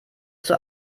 zur